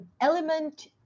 element